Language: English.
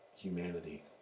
humanity